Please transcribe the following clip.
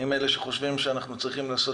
אני מאלה שחושבים שאנחנו צריכים לעשות